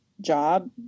job